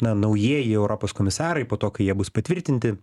na naujieji europos komisarai po to kai jie bus patvirtinti